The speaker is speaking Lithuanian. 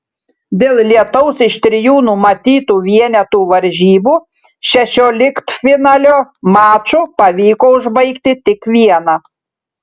dėl lietaus iš trijų numatytų vienetų varžybų šešioliktfinalio mačų pavyko užbaigti tik vieną